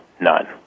none